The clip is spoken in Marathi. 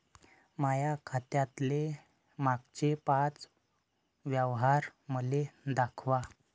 माया खात्यातले मागचे पाच व्यवहार मले दाखवा